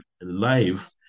live